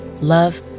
love